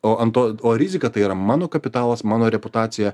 o ant to o rizika tai yra mano kapitalas mano reputacija